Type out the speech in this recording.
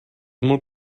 molt